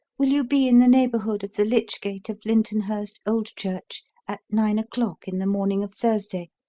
will you be in the neighbourhood of the lich-gate of lyntonhurst old church at nine o'clock in the morning of thursday,